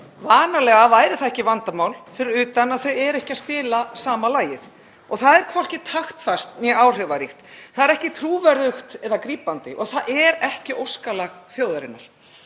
Vanalega væri það ekki vandamál fyrir utan að þau eru ekki að spila sama lagið og það er hvorki taktfast né áhrifaríkt. Það er ekki trúverðugt eða grípandi og það er ekki óskalag þjóðarinnar.